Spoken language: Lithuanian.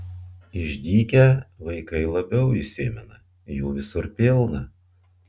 išdykę vaikai labiau įsimena jų visur pilna